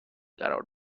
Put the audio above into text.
قرار